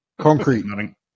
Concrete